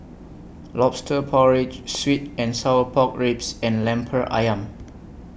Lobster Porridge Sweet and Sour Pork Ribs and Lemper Ayam